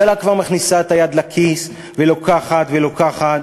הממשלה כבר מכניסה את היד לכיס ולוקחת ולוקחת,